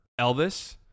Elvis